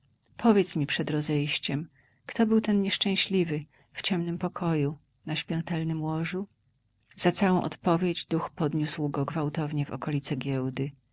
powiedz mi przed rozejściem kto był ten nieszczęśliwy w ciemnym pokoju na śmiertelnem łożu za całą odpowiedź duch poniósł go gwałtownie w okolice giełdy